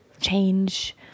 change